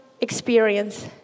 experience